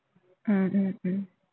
mm mm mm